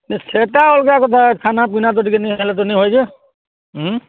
ଯେ ସେଟା ଅଲ୍ଗା କଥା ଖାନା ପିନା ତ ଟିକେ ନି ହେଲେ ତ ନି ହୁଏ ଯେ